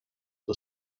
the